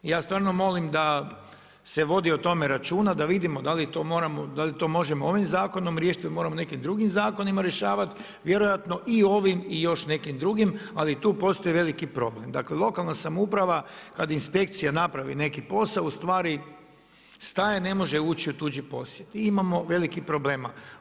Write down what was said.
I ja stvarno molim da se vodi o tome računa, da vidimo, da li to možemo ovim zakonom riješiti ili moramo nekim drugim zakonima rješavati, vjerojatno i ovim i još nekim drugim, ali tu postoji veliki problem dakle lokalna samouprava kada inspekcija napravi neki posao staje ne može ući u tuđi posjed i imamo velikih problema.